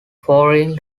foreign